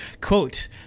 quote